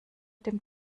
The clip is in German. dem